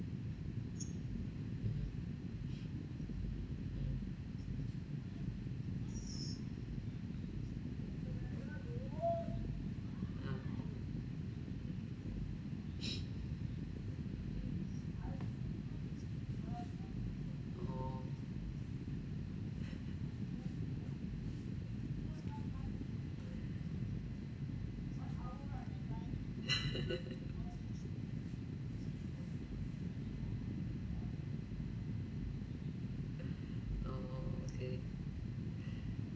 oh oh okay